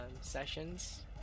sessions